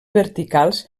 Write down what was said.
verticals